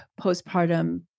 postpartum